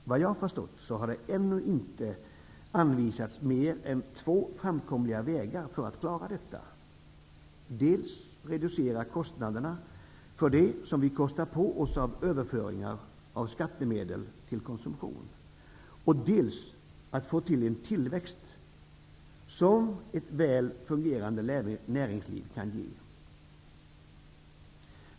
Såvitt jag har förstått har det ännu inte anvisats mer än två framkomliga vägar för att klara detta, dels reducerade kostnader för det som vi kostar på oss av överföringar av skattemedel till konsumtion, dels en tillväxt som ett väl fungerande näringsliv kan ge.